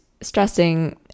stressing